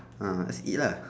uh just eat lah